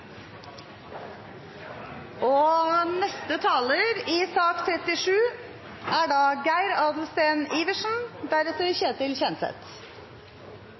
kart. Neste taler er Geir Adelsten Iversen.